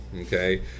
Okay